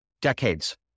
decades